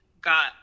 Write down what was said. got